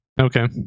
Okay